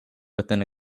within